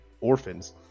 Orphans